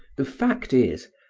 the fact is,